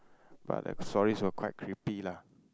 but the stories were quite creepy lah